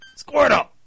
Squirtle